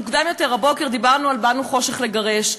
מוקדם יותר הבוקר דיברנו על "באנו חושך לגרש",